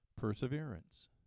perseverance